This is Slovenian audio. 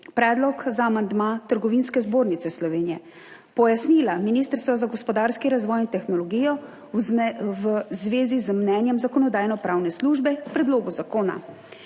predlog za amandma Trgovinske zbornice Slovenije, pojasnila Ministrstva za gospodarski razvoj in tehnologijo v zvezi z mnenjem Zakonodajno-pravne službe k predlogu zakona